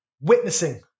witnessing